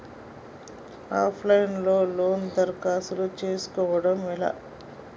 Of line లో loan దరఖాస్తు చేసుకోవడం ఎలా?